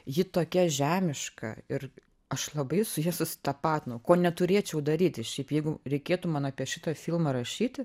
ji tokia žemiška ir aš labai su ja susitapatinau ko neturėčiau daryti šiaip jeigu reikėtų man apie šitą filmą rašyti